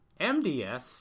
MDS